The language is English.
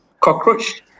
cockroach